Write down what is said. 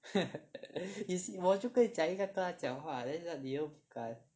you see 我就跟你讲应该跟他讲话 then 你又不敢